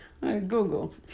Google